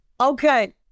okay